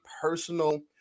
personal